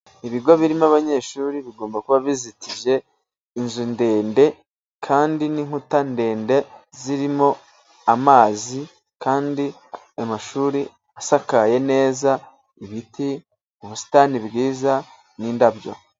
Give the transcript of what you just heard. Ibigo birimo abanyeshuri bigomba kuba bizitije inzu ndende kandi n'inkuta ndende zirimo amazi kandi amashuri asakaye neza, ibiti, ubusitani bwiza n'indabyo.